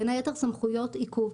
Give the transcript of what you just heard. בין היתר סמכויות עיכוב.